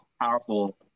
powerful